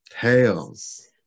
Tails